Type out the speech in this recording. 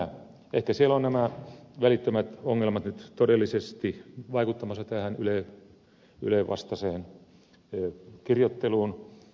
ehkä siellä ovat nämä välittömät ongelmat nyt todellisesti vaikuttamassa tähän ylen vastaiseen kirjoitteluun